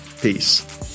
Peace